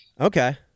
Okay